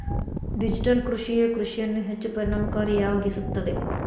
digital ಕೃಷಿಯೇ ಕೃಷಿಯನ್ನು ಹೆಚ್ಚು ಪರಿಣಾಮಕಾರಿಯಾಗಿಸುತ್ತದೆ